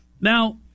Now